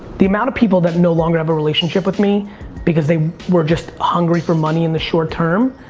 the amount of people that no longer have a relationship with me because they were just hungry for money in the short term,